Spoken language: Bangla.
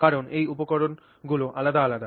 কারণ এর উপকরণগুলি আলাদা আলাদা